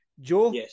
Joe